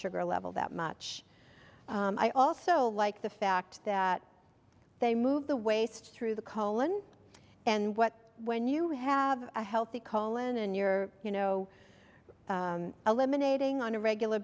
sugar level that much i also like the fact that they move the waste through the colon and what when you have a healthy colon and you're you know eliminating on a regular